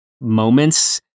moments